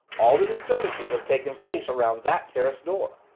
all the disturbances have taken place around that terrace door.